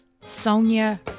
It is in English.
Sonia